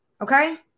Okay